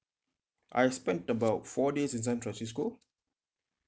I spent about four days in san francisco